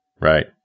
Right